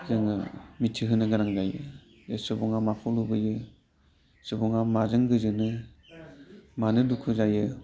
जोङो मिथिहोनांगौ जायो बे सुबुंआ माखौ लुबैयो सुबुंआ माजों गोजोनो मानो दुखु जायो